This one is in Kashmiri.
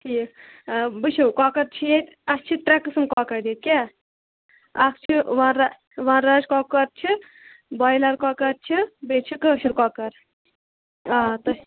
ٹھیٖک بہٕ چھُو کۄکَر چھِ ییٚتہِ اَسہِ چھِ ترٛےٚ قٕسٕم کۄکَر ییٚتہِ کیٛاہ اَکھ چھِ وَرا وَن راج کۄکَر چھِ بایلَر کۄکَر چھِ بیٚیہِ چھِ کٲشِر کۄکَر آ تُہۍ